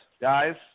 guys